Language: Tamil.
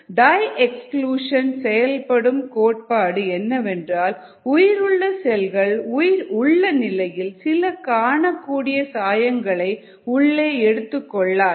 டை எக்ஸ்கிளூஷன் செயல்படும் கோட்பாடு என்னவென்றால் உயிர் உள்ள செல்கள் உயிர் உள்ள நிலையில் சில காணக்கூடிய சாயங்களை உள்ளே எடுத்துக் கொள்ளாது